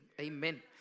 Amen